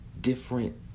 different